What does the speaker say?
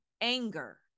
anger